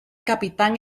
capitán